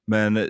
Men